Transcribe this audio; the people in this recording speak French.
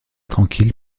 tranquille